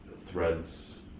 threads